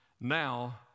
Now